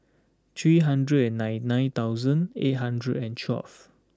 three hundred and nine nine thousand eight hundred and twelve